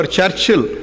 Churchill